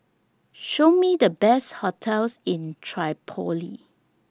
Show Me The Best hotels in Tripoli